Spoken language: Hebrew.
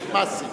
"סמסים".